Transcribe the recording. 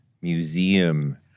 museum